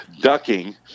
Ducking